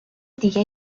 دیگه